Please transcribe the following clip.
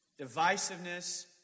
divisiveness